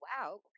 wow